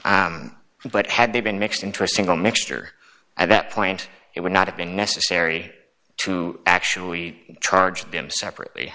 docs but had they been mixed into a single mixture at that point it would not have been necessary to actually charge them separately